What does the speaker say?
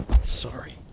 Sorry